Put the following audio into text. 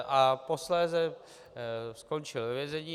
A posléze skončil ve vězení.